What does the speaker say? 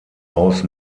aus